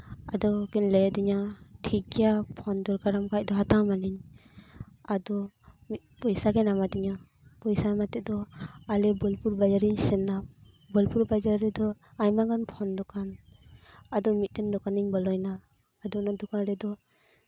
ᱟᱫᱚ ᱠᱤᱱ ᱞᱟᱹᱭ ᱟᱹᱫᱤᱧᱟ ᱴᱷᱤᱠ ᱜᱮᱭᱟ ᱯᱷᱳᱱ ᱫᱚᱨᱠᱟᱨ ᱟᱢ ᱠᱷᱟᱱ ᱫᱚ ᱦᱟᱛᱟᱣ ᱟᱢᱟᱞᱤᱧ ᱯᱚᱭᱥᱟ ᱠᱤᱱ ᱮᱢᱟ ᱫᱤᱧᱟ ᱯᱚᱭᱥᱟ ᱮᱢ ᱠᱟᱛᱮᱫ ᱫᱚ ᱟᱞᱮ ᱵᱳᱞᱯᱩᱨ ᱵᱟᱡᱟᱨᱤᱧ ᱥᱮᱱ ᱮᱱᱟ ᱵᱳᱞᱯᱩᱨ ᱵᱟᱡᱟᱨ ᱨᱮᱫᱚ ᱟᱭᱢᱟ ᱜᱟᱱ ᱯᱷᱳᱱ ᱫᱚᱠᱟᱱ ᱟᱫᱚ ᱢᱤᱫᱴᱮᱱ ᱫᱚᱠᱟᱱᱤᱧ ᱵᱚᱞᱚ ᱮᱱᱟ ᱟᱫᱚ ᱚᱱᱟ ᱫᱚᱠᱟᱱ ᱨᱮᱫᱚ